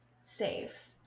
safe